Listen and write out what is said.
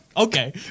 Okay